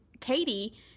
Katie